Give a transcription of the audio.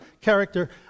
character